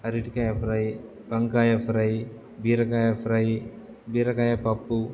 అరటికాయ ఫ్రై వంకాయ ఫ్రై బీరకాయ ఫ్రై బీరకాయ పప్పు